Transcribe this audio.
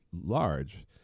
large